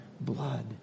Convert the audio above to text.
blood